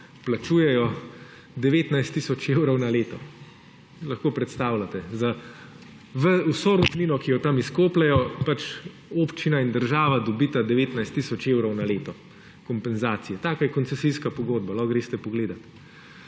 plačujejo 19 tisoč evrov na leto. Si lahko predstavljate, vso rudnino, ki jo tam izkopljejo, občina in država dobita 19 tisoč evrov na leto kompenzacije. Takšna je koncesijska pogodba, lahko greste pogledat.